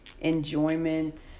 enjoyment